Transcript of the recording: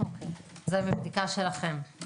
זה מהעבודה שלנו עם